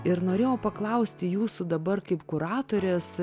ir norėjau paklausti jūsų dabar kaip kuratorės